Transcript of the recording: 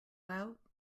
out